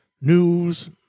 news